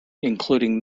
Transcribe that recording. including